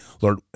Lord